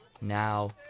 now